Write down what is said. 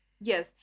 Yes